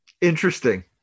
Interesting